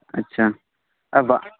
ᱟᱪᱪᱷᱟ ᱵᱟ